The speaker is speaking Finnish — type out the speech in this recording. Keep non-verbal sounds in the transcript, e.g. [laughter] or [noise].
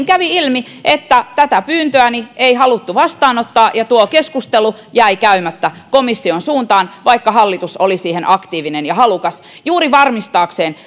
[unintelligible] kävi ilmi että tätä pyyntöäni ei haluttu vastaanottaa ja tuo keskustelu jäi käymättä komission suuntaan vaikka hallitus oli aktiivinen ja siihen halukas juuri varmistaakseen [unintelligible]